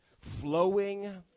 flowing